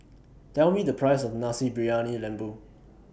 Tell Me The Price of Nasi Briyani Lembu